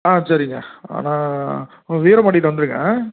ஆ சரிங்க ஆனால் வீரபாண்டிக்கிட்டே வந்துடுங்க